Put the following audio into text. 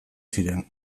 ziren